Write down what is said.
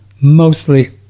mostly